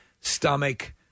stomach